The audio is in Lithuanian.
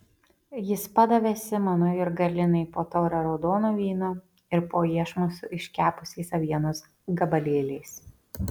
jis padavė simonui ir galinai po taurę raudono vyno ir po iešmą su iškepusiais avienos gabalėliais